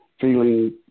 feeling